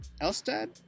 Elstad